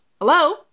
hello